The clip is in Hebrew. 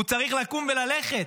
הוא צריך לקום וללכת,